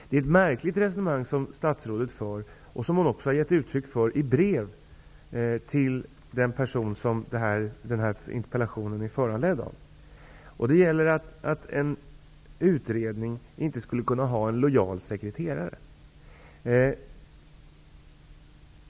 Det är ett märkligt resonemang som statsrådet för och som hon har gett uttryck för i brev till den person som interpellationen handlar om. Det gäller att en utredning inte skulle kunna ha en lojal sekreterare.